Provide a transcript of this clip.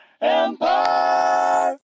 Empire